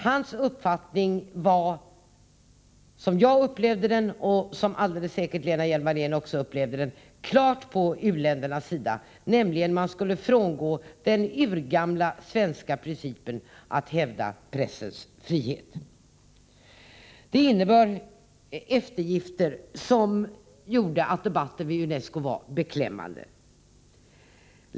Hans uppfattning var — som jag och alldeles säkert också Lena Hjelm-Wallén upplevde den — klart på u-ländernas sida. Man skulle nämligen frångå den urgamla svenska principen att hävda pressens frihet. Det innebar eftergifter, som gjorde att debatten vid UNESCO var beklämmande.